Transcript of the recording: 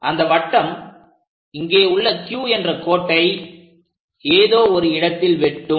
அந்த வட்டம் இங்கே உள்ள Q என்ற கோட்டை ஏதோ ஒரு இடத்தில் வெட்டும்